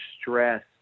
stress